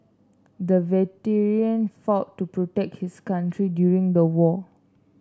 the veteran fought to protect his country during the war